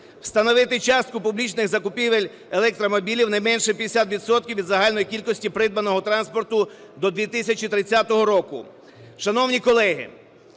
Встановити частку публічних закупівель електромобілів не менше 50 відсотків від загальної кількості придбаного транспорту до 2030 року.